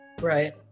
Right